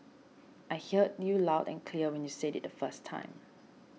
I heard you loud and clear when you said it the first time